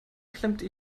klemmte